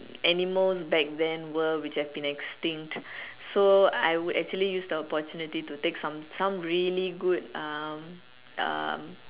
animals back then were which have been extinct so I would actually use the opportunity to take some some really good um um